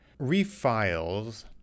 refiles